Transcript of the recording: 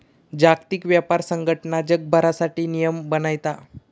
जागतिक व्यापार संघटना जगभरासाठी नियम बनयता